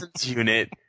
unit